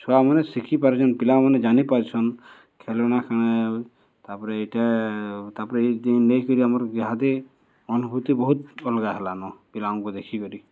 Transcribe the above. ଛୁଆମାନେ ଶିଖିପାରୁଛନ୍ ପିଲାମାନେ ଜାନିପାରୁଛନ୍ ଖେଳଣା କାଣା ଏ ତାପରେ ଇଟା ତାପରେ ଇ ଯେନ୍ ନେଇକରି ଆମର୍ ଇହାଦେ ଅନୁଭୂତି ବହୁତ୍ ଅଲ୍ଗା ହେଲାନ ପିଲାଙ୍କୁ ଦେଖିକରି